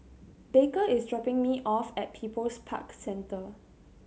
Baker is dropping me off at People's Park Center